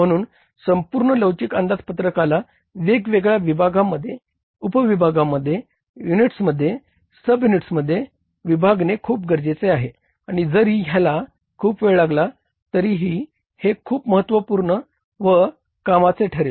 म्हणून संपूर्ण लवचिक अंदाजपत्रकाला वेगवेगळ्या विभागांमध्ये उपविभागांमध्ये युनिट्समध्ये सब युनिट्समध्ये विभागाने खूप गरजेचे आहे आणि जरी ह्याला खूप वेळ लागला तरीही हे खूप महत्वपूर्ण व कामाचे ठरेल